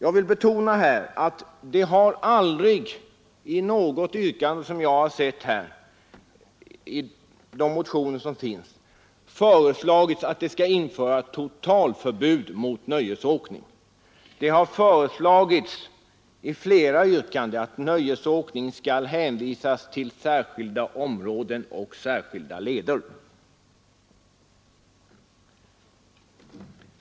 Jag vill betona att det aldrig i något yrkande som jag tagit del av i de motioner som väckts i detta ärende har föreslagits införande av totalförbud mot nöjesåkning med snöskoter. Däremot har det i flera yrkanden föreslagits att sådan nöjesåkning skall hänvisas till särskilda områden och särskilda leder.